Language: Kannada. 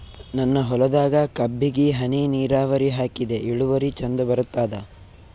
ನನ್ನ ಹೊಲದಾಗ ಕಬ್ಬಿಗಿ ಹನಿ ನಿರಾವರಿಹಾಕಿದೆ ಇಳುವರಿ ಚಂದ ಬರತ್ತಾದ?